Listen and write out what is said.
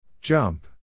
Jump